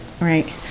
Right